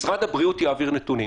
משרד הבריאות יעביר נתונים.